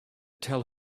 tell